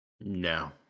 No